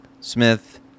Smith